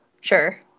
sure